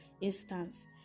instance